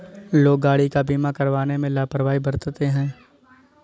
लोग गाड़ी का बीमा करवाने में लापरवाही बरतते हैं